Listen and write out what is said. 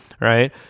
right